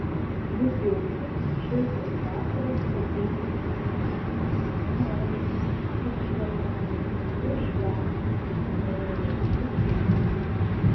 bus jaukus šiltas vakaras patiems artimiausiems mamai krikšto mamai uošviams žmonai dukrytei